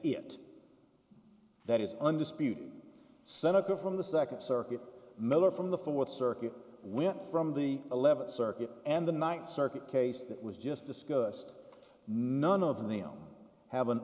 it that is undisputed seneca from the second circuit member from the fourth circuit we have from the eleventh circuit and the ninth circuit case that was just discussed none of them have an